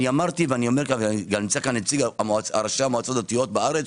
נמצאים פה ראשי המועצות הדתיות בארץ,